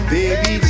baby